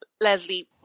Leslie